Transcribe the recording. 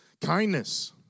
Kindness